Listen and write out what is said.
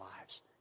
lives